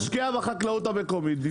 להשקיע בחקלאות המקומית במקום לייבא.